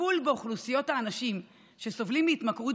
הטיפול באוכלוסיות האנשים שסובלים מהתמכרות